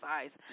Size